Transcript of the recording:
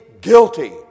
guilty